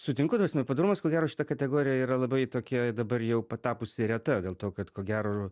sutinku tas nepadorumas ko gero šita kategorija yra labai tokia dabar jau patapusi reta dėl to kad ko gero